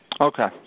Okay